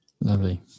lovely